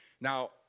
Now